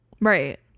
Right